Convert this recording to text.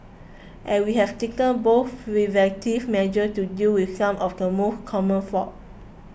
and we have taken both preventive measures to deal with some of the most common faults